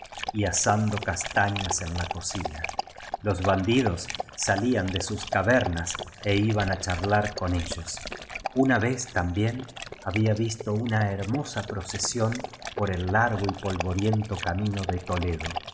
y asando castañas en la cocina los bandidos salían de sus ca vernas é iban á charlar con ellos una vez también había visto una hermosa procesión por el largo y polvoriento ca mino de toledo